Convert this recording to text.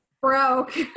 broke